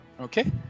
Okay